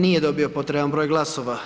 Nije dobio potreban broj glasova.